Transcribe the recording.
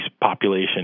population